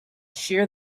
shear